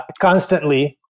constantly